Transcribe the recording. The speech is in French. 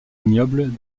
ignoble